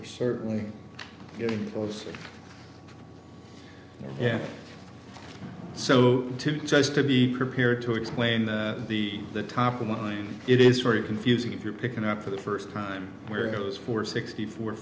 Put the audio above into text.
we're certainly getting close yeah so to just to be prepared to explain the the top of mind it is very confusing if you're picking up for the first time where it goes for sixty four